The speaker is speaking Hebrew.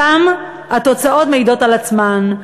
שם התוצאות מעידות על עצמן,